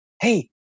hey